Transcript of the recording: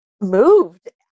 moved